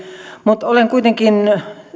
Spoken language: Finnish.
mutta olen kuitenkin